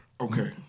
Okay